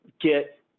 get